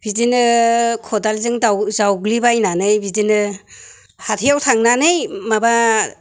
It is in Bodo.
बिदिनो खदालजों जावग्लिबायनानै बिदिनो हाथायआव थांनानै माबा